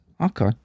Okay